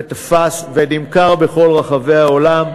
ונמכר בכל רחבי העולם.